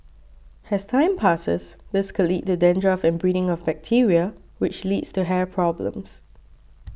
as time passes this could lead to dandruff and breeding of bacteria which leads to hair problems